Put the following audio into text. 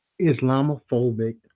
Islamophobic